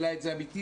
העלה את זה עמיתי,